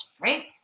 right